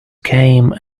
came